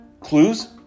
Clues